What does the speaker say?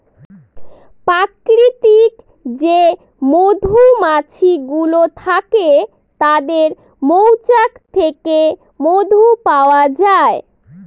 প্রাকৃতিক যে মধুমাছি গুলো থাকে তাদের মৌচাক থেকে মধু পাওয়া যায়